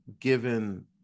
given